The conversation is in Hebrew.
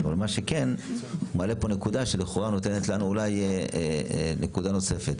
אבל אתה מעלה פה נקודה שלכאורה נותנת לנו אולי נקודה נוספת.